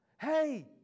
Hey